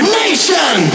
nation